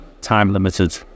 time-limited